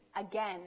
again